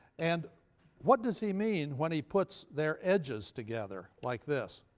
and what does he mean when he puts their edges together, like this?